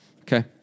Okay